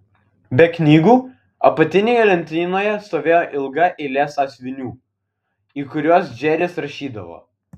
be knygų apatinėje lentynoje stovėjo ilga eilė sąsiuvinių į kuriuos džeris rašydavo